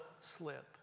slip